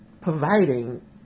providing